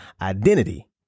identity